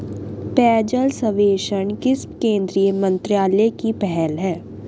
पेयजल सर्वेक्षण किस केंद्रीय मंत्रालय की पहल है?